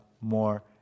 more